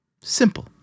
Simple